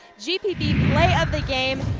gpb play of the game,